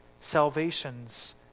salvations